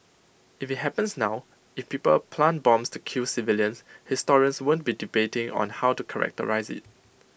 if IT happens now if people plant bombs to kill civilians historians won't be debating on how to characterise IT